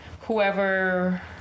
whoever